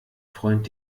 freund